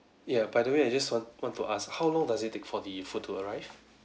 ya by the way I just want want to ask how long does it take for the food to arrive